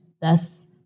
thus